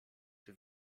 czy